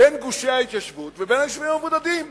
בין גושי ההתיישבות לבין היישובים המבודדים.